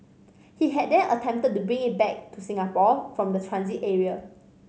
he had then attempted to bring it back to Singapore from the transit area